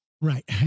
Right